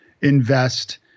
invest